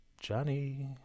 Johnny